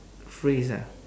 phrase ah